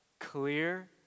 Clear